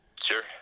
Sure